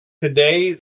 today